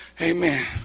amen